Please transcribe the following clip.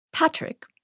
Patrick